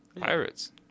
Pirates